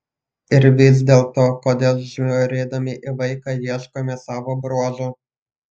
ir vis dėlto kodėl žiūrėdami į vaiką ieškome savo bruožų